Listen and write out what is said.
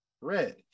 red